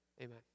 amen